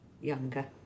younger